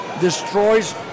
destroys